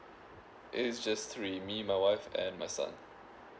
it's just three me my wife and my son